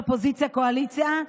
של אופוזיציה קואליציה,